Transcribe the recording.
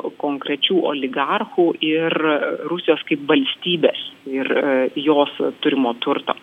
konkrečių oligarchų ir rusijos kaip valstybės ir jos turimo turto